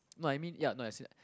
no I mean ya as in like